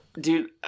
Dude